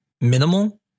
minimal